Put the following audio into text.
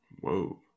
Whoa